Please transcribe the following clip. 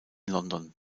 london